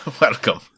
Welcome